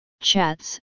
chats